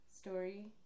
story